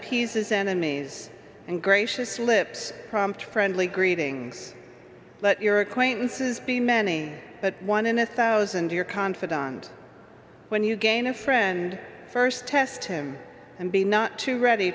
pieces enemies and gracious lips prompt friendly greetings let your acquaintances be many but one in a one thousand your confidant when you gain a friend st test him and be not too ready